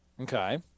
Okay